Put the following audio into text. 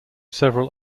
several